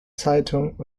zeitung